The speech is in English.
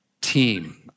team